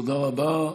תודה רבה.